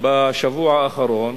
בשבוע האחרון